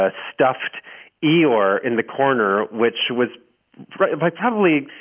ah stuffed e or in the corner, which was like heavenly.